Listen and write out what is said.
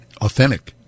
Authentic